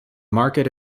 market